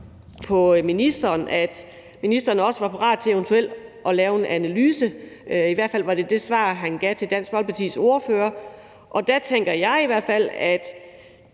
på ministeren, at ministeren også var parat til eventuelt at lave en analyse – det var i hvert fald det svar, han gav Dansk Folkepartis ordfører – og der tænker jeg, at det